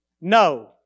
No